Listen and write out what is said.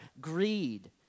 Greed